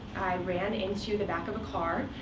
ran into the back of a car,